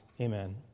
Amen